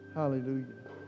hallelujah